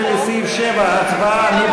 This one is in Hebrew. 13 לסעיף 7, הצבעה.